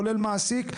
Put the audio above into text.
כולל מעסיק,